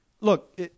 look